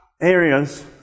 areas